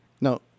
No